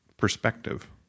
perspective